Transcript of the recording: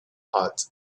hot